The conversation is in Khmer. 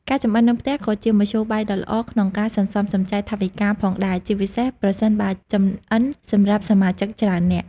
ការចម្អិននៅផ្ទះក៏ជាមធ្យោបាយដ៏ល្អក្នុងការ សន្សំសំចៃ ថវិកាផងដែរ ជាពិសេសប្រសិនបើចម្អិនសម្រាប់សមាជិកច្រើននាក់។